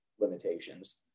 limitations